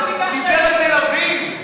הוא דיבר על תל-אביב.